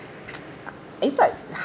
if I